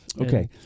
Okay